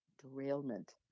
derailment